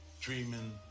dreaming